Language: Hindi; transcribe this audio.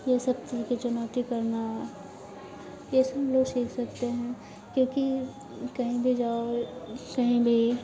जैसे खुल के चुनौती करना ये सब लोग सीख सकते हैं क्योंकि कहीं भी जाओ कहीं भी